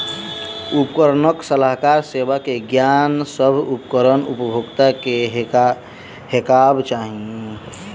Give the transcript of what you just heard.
उपकरणक सलाहकार सेवा के ज्ञान, सभ उपकरण उपभोगता के हेबाक चाही